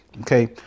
Okay